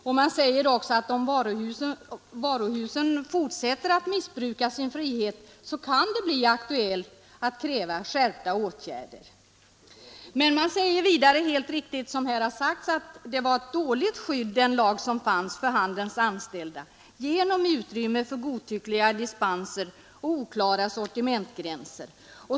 Där uttalades också att om varuhusen fortsätter att missbruka sin frihet, så kan det bli aktuellt att kräva skärpta åtgärder. Men man sade vidare — helt riktigt, som det har sagts här — att det var ett dåligt skydd den lag som fanns gav de handelsanställda därigenom att den gav utrymme för godtyckliga dispenser och oklara sortimentsgränser.